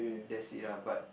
that's it lah but